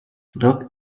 look